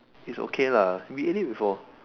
it's okay lah we ate it before